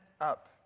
up